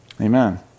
Amen